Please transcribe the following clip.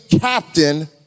captain